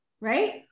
right